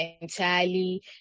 entirely